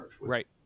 Right